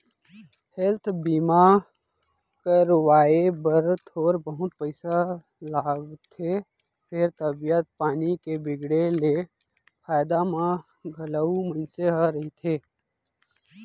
health बीमा करवाए बर थोर बहुत पइसा लागथे फेर तबीयत पानी के बिगड़े ले फायदा म घलौ मनसे ह रहिथे